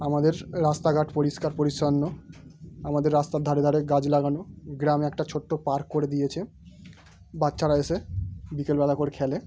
আমাদের রাস্তাঘাট পরিষ্কার পরিচ্ছন্ন আমাদের রাস্তার ধারে ধারে গাছ লাগানো গ্রামে একটা ছোট্টো পার্ক করে দিয়েছে বাচ্চারা এসে বিকেলবেলা করে খেলে